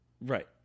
Right